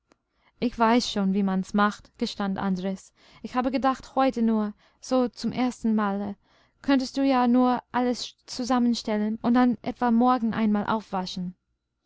ich weiß schon wie man's macht gestand andres ich habe gedacht heute nur so zum ersten male könntest du ja nur alles zusammenstellen und dann etwa morgen einmal aufwaschen